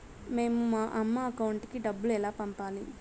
మేము మా అమ్మ అకౌంట్ కి డబ్బులు ఎలా పంపాలి